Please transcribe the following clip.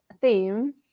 theme